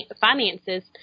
finances